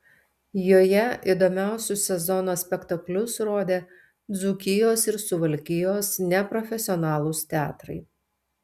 joje įdomiausius sezono spektaklius rodė dzūkijos ir suvalkijos neprofesionalūs teatrai